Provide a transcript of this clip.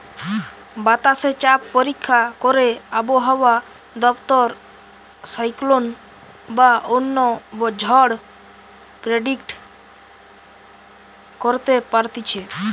বাতাসে চাপ পরীক্ষা করে আবহাওয়া দপ্তর সাইক্লোন বা অন্য ঝড় প্রেডিক্ট করতে পারতিছে